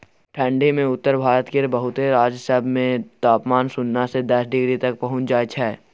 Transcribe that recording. ठंढी मे उत्तर भारत केर बहुते राज्य सब मे तापमान सुन्ना से दस डिग्री तक पहुंच जाइ छै